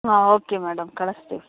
ಹಾಂ okay madam ಕಳಿಸ್ತೀವಿ